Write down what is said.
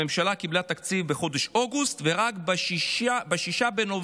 הממשלה קיבלה תקציב בחודש אוגוסט ורק ב-6 בנובמבר,